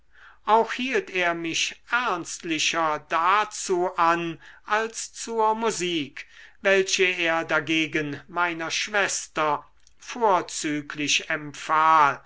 auch hielt er mich ernstlicher dazu an als zur musik welche er dagegen meiner schwester vorzüglich empfahl